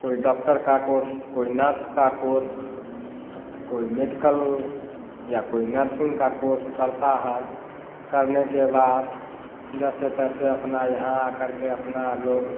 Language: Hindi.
कोई डॉक्टर का कोर्स कोई नर्स का कोर्स कोई मेडिकल या कोई नर्सिंग का कोर्स करता है करने के बाद जैसे तैसे अपना यहाँ आकर के अपना लोग